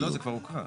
לא, זה כבר הוקרא.